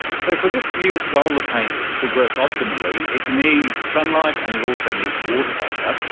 so for this new solar paint to work optimally it needs sunlight and it also needs water vapour.